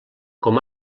com